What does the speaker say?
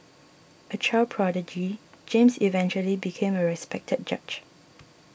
a child prodigy James eventually became a respected judge